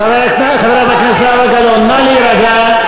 חברת הכנסת זהבה גלאון, נא להירגע.